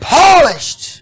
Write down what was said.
polished